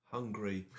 Hungry